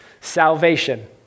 Salvation